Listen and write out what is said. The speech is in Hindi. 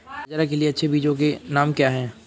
बाजरा के लिए अच्छे बीजों के नाम क्या हैं?